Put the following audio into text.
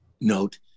note